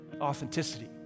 authenticity